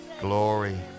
Glory